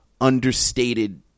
understated